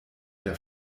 der